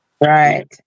Right